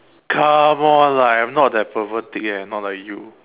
come on lah I'm not that pervertic eh not like you